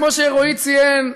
כמו שרועי ציין,